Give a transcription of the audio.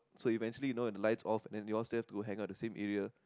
so eventually you know when the lights off and then they all still have to hang out the same area